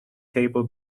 table